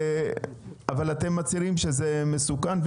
אבל אתם מצהירים שזה מסוכן,